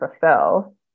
fulfill